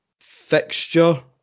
fixture